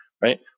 right